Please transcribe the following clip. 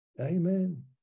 Amen